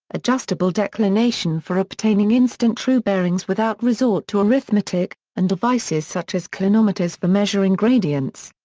adjustable declination for obtaining instant true bearings without resort to arithmetic, and devices such as clinometers for measuring gradients.